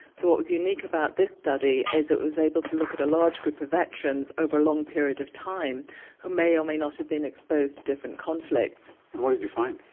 so what was unique about this study is it was able to look at a large group of veterans over a long period of time who may or may not have been exposed to different conflicts. and what did you find?